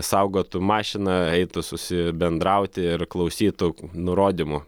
saugotų mašiną eitų susibendrauti ir klausytų nurodymų